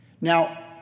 Now